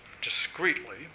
discreetly